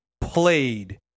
played